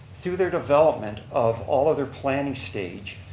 through their development of all of their planning stage,